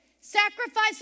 Sacrifice